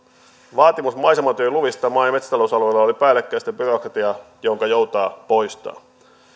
vaatimus maisematyöluvista maa ja metsätalousalueella oli päällekkäistä byrokratiaa jonka joutaa poistaa